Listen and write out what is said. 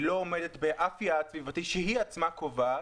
היא לא עומדת באף יעד סביבתי שהיא עצמה קובעת,